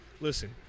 Listen